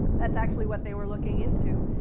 that's actually what they were looking into,